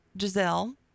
Giselle